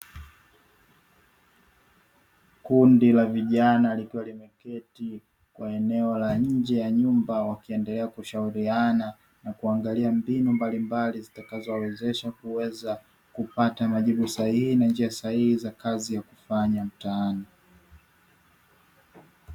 Kundi la vijana likiwa limeketi kwa eneo la nje ya nyumba, wakiendelea kushauriana na kuangalia mbinu mbalimbali zitakazowawezesha kuweza kupata majibu sahihi na njia sahihi za kazi ya kufanya mtaani.